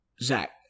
Zach